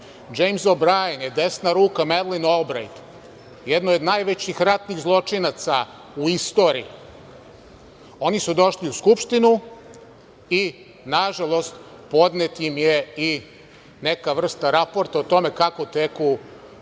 O Brajan je desna ruka Merlin Olbrajt, jednoj od najvećih ratnih zločinaca u istoriji. Oni su došli u Skupštinu i nažalost podneta im je i neka vrsta raporta o tome kako teku